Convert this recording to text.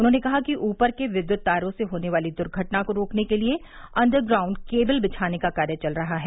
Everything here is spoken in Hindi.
उन्होंने कहा कि उपर के विद्युत तारों से होने वाली दुर्घटना को रोकने के लिए अण्डरग्राउंड केविल बिछाने का कार्य चल रहा है